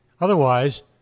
Otherwise